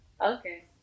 Okay